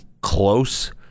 close